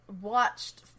watched